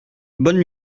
bonne